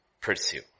Pursue